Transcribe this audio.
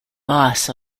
loss